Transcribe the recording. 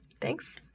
Thanks